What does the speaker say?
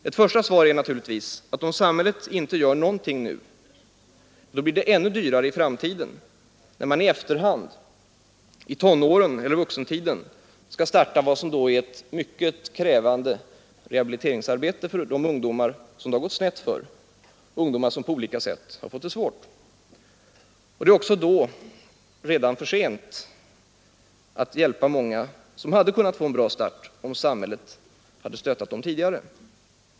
Ett första svar på den frågan är naturligtvis att om samhället inte gör någonting nu, så blir det ännu dyrare i framtiden, när man i efterhand skall starta vad som då är ett mycket krävande rehabiliteringsarbete för de tonåringar eller vuxna som det har gått snett för, människor som på olika sätt har fått det svårt. Det är då också för sent att hjälpa många som hade kunnat få en bra start om samhället stöttat dem tidigare.